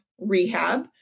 rehab